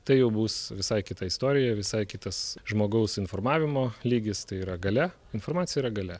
tai jau bus visai kita istorija visai kitas žmogaus informavimo lygis tai yra galia informacija yra galia